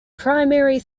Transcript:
primary